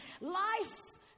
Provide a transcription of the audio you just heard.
life's